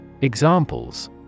Examples